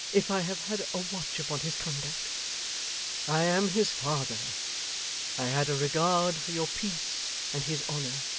if i have had a watch upon his conduct i am his father i had a regard for your peace and his honour,